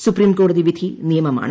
supreme കോടതി വിധി നിയമമാണ്